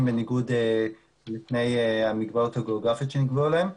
בניגוד לתנאי המגבלות הגיאוגרפיות שנקבעו להם.